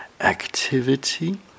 activity